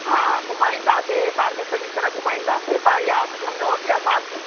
हा हा घुमाईंदासीं तव्हांखे चङी तरह घुमाईंदासीं तव्हां यादि कंदव की असां